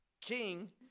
king